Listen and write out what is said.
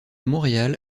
montréal